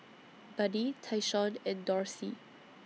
Buddy Tyshawn and Dorsey